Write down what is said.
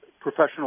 professional